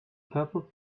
purple